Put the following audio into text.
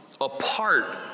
apart